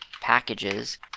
packages